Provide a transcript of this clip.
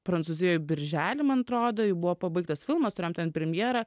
prancūzijoj birželį man atrodo jau buvo pabaigtas filmas turėjom ten premjerą